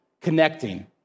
connecting